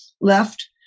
left